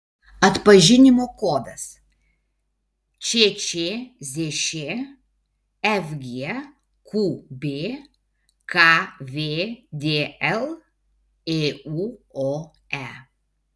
atpažinimo kodas ččzš fgqb kvdl ėuoe